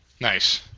Nice